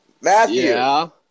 Matthew